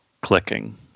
clicking